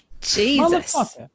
Jesus